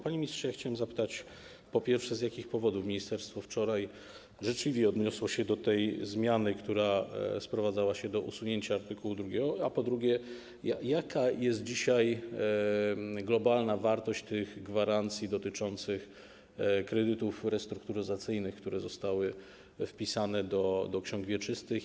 Panie ministrze, chciałem zapytać, po pierwsze, z jakich powodów ministerstwo wczoraj życzliwie odniosło się do tej zmiany, która sprowadzała się do usunięcia art. 2. A po drugie, jaka jest dzisiaj globalna wartość tych gwarancji dotyczących kredytów restrukturyzacyjnych, które zostały wpisane do ksiąg wieczystych?